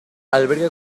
alberga